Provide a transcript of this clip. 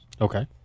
okay